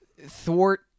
thwart